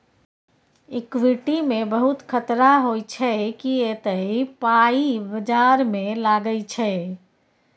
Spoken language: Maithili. इक्विटी मे बहुत खतरा होइ छै किए तए पाइ बजार मे लागै छै